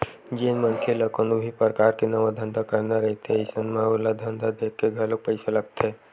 जेन मनखे ल कोनो भी परकार के नवा धंधा करना रहिथे अइसन म ओला धंधा देखके घलोक पइसा लगथे